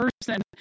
person